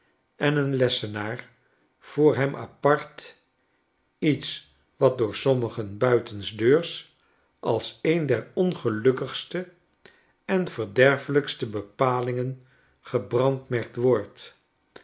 en een lessenaar voor hem appart iets wat door sommigen buitensdeurs als een der ongelukkigste en verderfeiykste bepalingen gebrandmerkt wordt